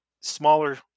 smaller